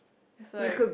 it's like